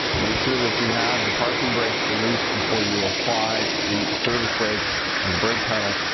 make sure that you have the parking brakes released before you apply the service brake or the brake pedal.